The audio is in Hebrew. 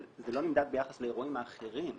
אבל זה לא נמדד ביחס לאירועים האחרים,